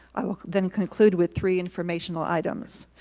i will then conclude with three informational items.